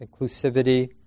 inclusivity